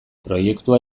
proiektua